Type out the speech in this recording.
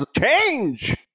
change